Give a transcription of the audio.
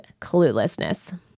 cluelessness